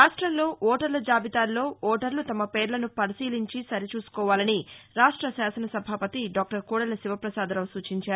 రాష్ట్రంలో ఓటర్ల జాబితాల్లో ఓటర్లు తమ పేర్లను పరిశీలించి సరిచూసుకోవాలని రాష్ట శాసనసభాపతి దాక్టర్ కోదెల శివప్రసాదరావు సూచించారు